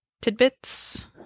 tidbits